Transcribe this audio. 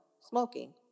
smoking